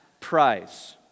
prize